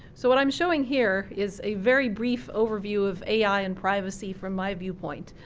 so what i'm showing here is a very brief overview of ai and privacy from my viewpoint.